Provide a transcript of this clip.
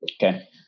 Okay